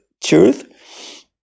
truth